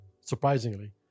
Surprisingly